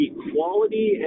equality